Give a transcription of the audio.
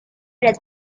that